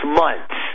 months